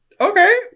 Okay